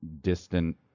distant